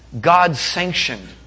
God-sanctioned